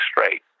straight